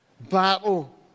battle